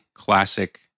classic